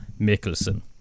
Mikkelsen